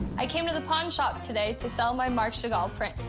i came to the pawn shop today to sell my marc chagall print.